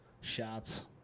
Shots